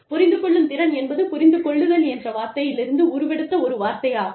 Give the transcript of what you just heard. புரிந்து கொள்ளும் திறன் என்பது புரிந்து கொள்ளுதல் என்ற வார்த்தையிலிருந்து உருவெடுத்த ஒரு வார்த்தையாகும்